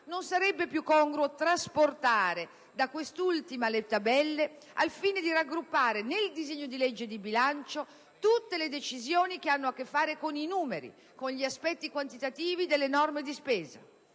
non sarebbe più congruo trasportare da quest'ultima le tabelle, al fine di raggruppare nel disegno di legge di bilancio tutte le decisioni che hanno a che fare con i numeri, con gli aspetti quantitativi delle norme di spesa?